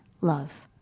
love